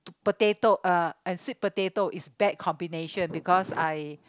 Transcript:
potato uh and sweet potato is bad combination because I